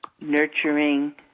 nurturing